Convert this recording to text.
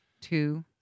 two